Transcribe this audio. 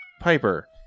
Piper